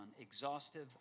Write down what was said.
exhaustive